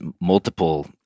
multiple